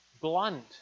blunt